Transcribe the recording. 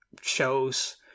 shows